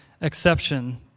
exception